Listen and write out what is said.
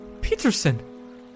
Peterson